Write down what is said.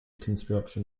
construction